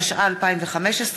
התשע"ה 2015,